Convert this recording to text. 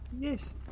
Yes